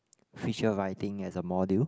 feature writing as a module